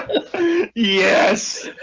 yes